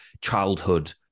childhood